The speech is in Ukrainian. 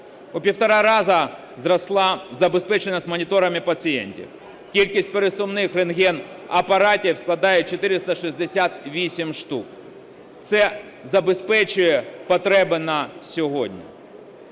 У півтора рази зросла забезпеченість моніторами пацієнтів. Кількість пересувних рентген-апаратів складає 468 штук, це забезпечує потреби на сьогодні.